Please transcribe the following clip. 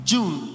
June